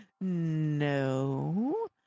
No